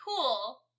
cool